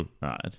Right